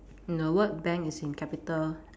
the word bank is in capital